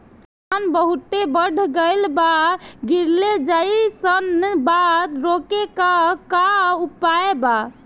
धान बहुत बढ़ गईल बा गिरले जईसन बा रोके क का उपाय बा?